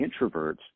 introverts